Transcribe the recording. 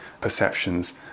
perceptions